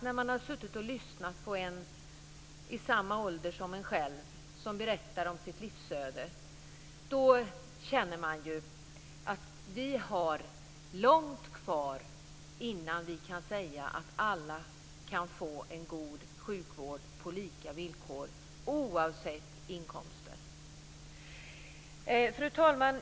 När man har suttit och lyssnat på någon i ens egen ålder som berättar om sitt livsöde, känner man att vi har långt kvar innan vi kan säga att alla kan få en god sjukvård på lika villkor, oavsett inkomster. Fru talman!